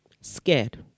scared